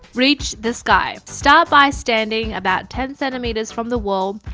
reach the sky, start by standing about ten centimeters from the wall,